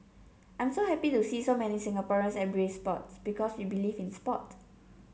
I'm so happy to see so many Singaporeans embrace sports because we believe in sport